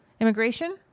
immigration